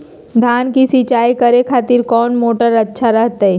धान की सिंचाई करे खातिर कौन मोटर अच्छा रहतय?